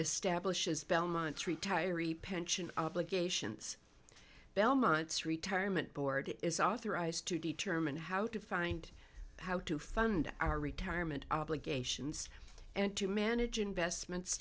establishes belmont's retiree pension obligations belmont's retirement board is authorized to determine how to find how to fund our retirement obligations and to manage investments